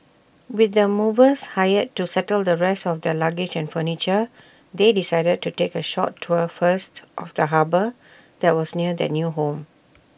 with the movers hired to settle the rest of their luggage and furniture they decided to take A short tour first of the harbour that was near their new home